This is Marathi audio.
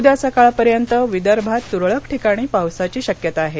उद्या सकाळपर्यंत विदर्भात तुरळक ठिकाणी पावसाची शक्यता आहे